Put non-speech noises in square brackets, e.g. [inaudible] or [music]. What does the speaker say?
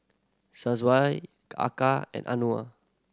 [unintelligible] Eka and Anuar